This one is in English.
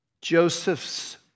Joseph's